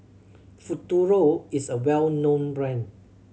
Futuro is a well known brand